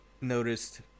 noticed